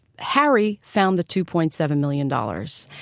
harry found the two point seven million dollars.